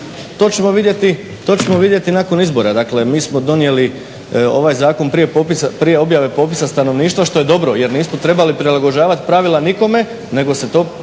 To ćemo vidjeti nakon izbora. Dakle, mi smo donijeli ovaj zakon prije objave popisa stanovništva što je dobro jer nismo trebali prilagođavati pravila nikome, nego to